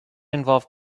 involve